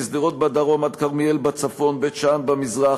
משדרות בדרום עד כרמיאל בצפון ובית-שאן במזרח,